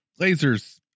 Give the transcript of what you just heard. lasers